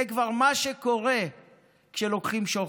זה כבר מה שקורה כשלוקחים שוחד.